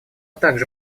также